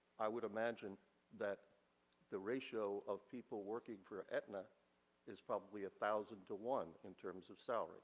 i would imagine that the ratio of people working for edna is probably a thousand to one in terms of salary